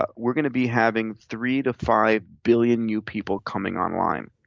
ah we're going to be having three to five billion new people coming online.